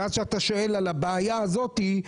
ועד שאתה שואל על הבעיה הזאת,